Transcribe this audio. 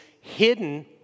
hidden